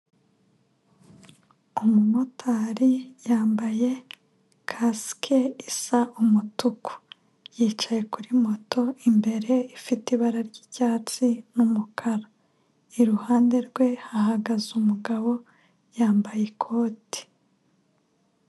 Umumotari yambaye kasike isa umutuku, yicaye kuri moto imbere ifite ibara ry'icyatsi n'umukara, iruhande rwe hahagaze umugabo yambaye ikoti.